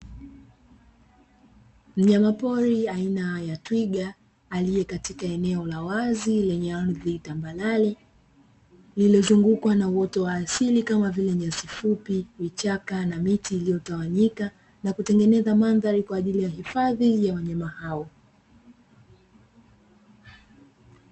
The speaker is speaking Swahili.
Mnyamapori aina ya twiga aliye katika eneo la wazi lenye ardhi tambarare, lililozungukwa na uoto wa asili kama vile nyasi fupi, vichaka na miti iliyotawanyika na kutengeneza mandhari kwa ajili ya hifadhi ya wanyama hao.